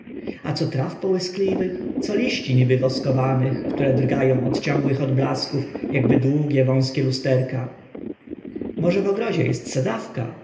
a co traw połyskliwych co liści niby woskowanych które drga ą od ciągłych odblasków akby długie wąskie lusterka może w ogrodzie est sadzawka